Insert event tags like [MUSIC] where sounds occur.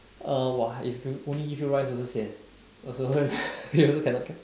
err !wah! if to only give you rice also sian also [LAUGHS] you also cannot